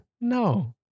No